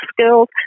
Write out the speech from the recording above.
skills